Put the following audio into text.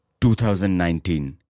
2019